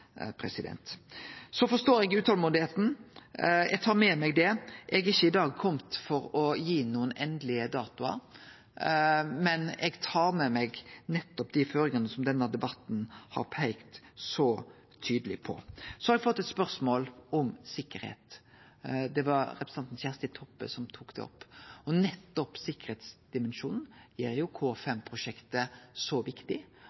peikt så tydeleg på. Så har eg fått eit spørsmål om sikkerheit. Det var representanten Kjersti Toppe som tok opp det. Nettopp sikkerheitsdimensjonen gjer K5-prosjektet så viktig,